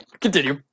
Continue